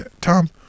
Tom